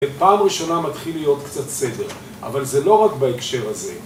לפעם ראשונה מתחיל להיות קצת סדר, אבל זה לא רק בהקשר הזה